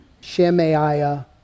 Shemaiah